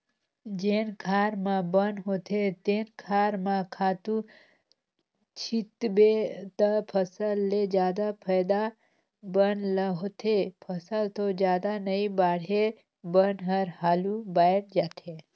जेन खार म बन होथे तेन खार म खातू छितबे त फसल ले जादा फायदा बन ल होथे, फसल तो जादा नइ बाड़हे बन हर हालु बायड़ जाथे